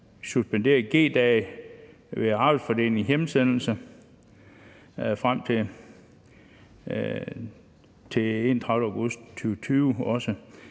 suspenderer G-dage ved arbejdsfordeling og hjemsendelse frem til den 31. august 2020, og